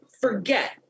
forget